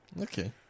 Okay